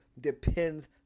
depends